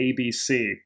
ABC